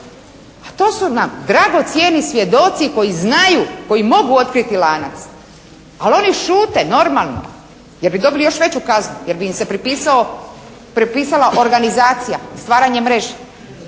to su nam dragocjeni svjedoci koji znaju, koji mogu otkriti lanac, ali oni šute normalno jer bi dobili još veću kaznu, jer bi im se pripisala organizacija, stvaranje mreže.